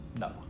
No